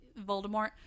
Voldemort